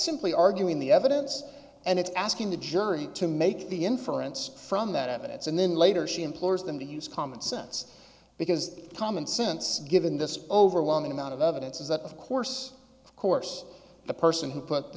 simply arguing the evidence and it's asking the jury to make the inference from that evidence and then later she employs them to use common sense because common sense given this overwhelming amount of evidence is that of course of course the person who put the